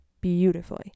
beautifully